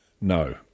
No